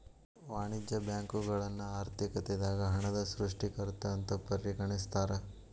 ವಾಣಿಜ್ಯ ಬ್ಯಾಂಕುಗಳನ್ನ ಆರ್ಥಿಕತೆದಾಗ ಹಣದ ಸೃಷ್ಟಿಕರ್ತ ಅಂತ ಪರಿಗಣಿಸ್ತಾರ